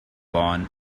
born